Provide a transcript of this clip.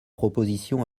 proposition